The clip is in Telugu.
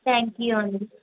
థ్యాంక్ యూ అండి